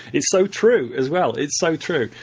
it's so true as well, it's so true.